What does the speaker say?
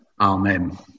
Amen